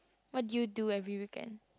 what do you do every weekend